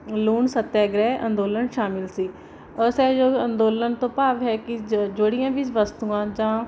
ਲੂਣ ਸੱਤਿਆ ਗ੍ਰਹਿ ਅੰਦੋਲਨ ਸ਼ਾਮਿਲ ਸੀ ਅਸਹਿਯੋਗ ਅੰਦੋਲਨ ਤੋਂ ਭਾਵ ਹੈ ਕਿ ਜ ਜਿਹੜੀਆਂ ਵੀ ਵਸਤੂਆਂ ਜਾਂ